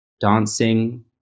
dancing